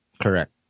Correct